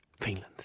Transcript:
Finland